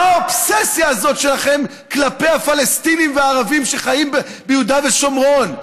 מה האובססיה הזאת שלכם כלפי הפלסטינים והערבים שחיים ביהודה ושומרון?